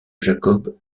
jakob